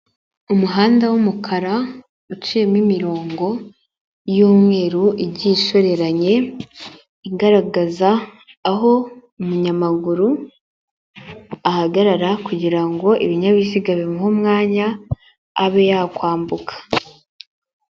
Umuhanda w'umukara uciyemo imirongo y'umweru igi ishoreranye, igaragaza aho umunyamaguru ahagarara, kugira ibinyabiziga bimuhe umwanya, abe yakwambuka.